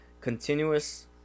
continuous